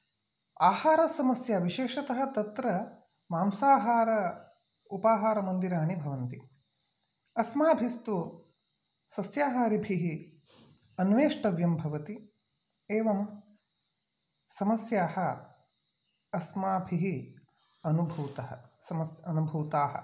आहारसमस्या विशेषतः तत्र मांसाहार उपाहारमन्दिराणि भवन्ति अस्माभिस्तु सस्याहारिभिः अन्वेष्टव्यं भवति एवं समस्याः अस्माभिः अनुभूतः समस् अनुभूताः